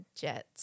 jets